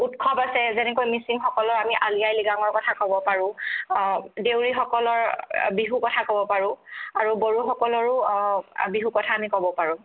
উৎসৱ আছে যেনেকৈ মিচিংসকলৰ আমি আলি আই লৃগাঙৰ কথা ক'ব পাৰোঁ দেউৰীসকলৰ বিহুৰ কথা ক'ব পাৰোঁ আৰু বড়োসকলৰো বিহু কথা আমি ক'ব পাৰোঁ